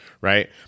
right